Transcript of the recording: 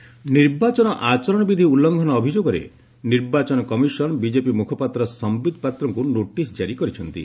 EC Patra ନିର୍ବାଚନ ଆଚରଣ ବିଧି ଉଲ୍ଂଘନ ଅଭିଯୋଗରେ ନିର୍ବାଚନ କମିଶନ ବିଜେପି ମୁଖପାତ୍ର ସମ୍ଭିତ ପାତ୍ରଙ୍କୁ ନୋଟିସ୍ ଜାରି କରିଛନ୍ତି